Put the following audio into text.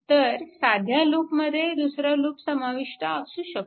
तर साध्या लूपमध्ये दुसरा लूप समाविष्ट असू शकतो